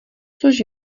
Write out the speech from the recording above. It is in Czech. což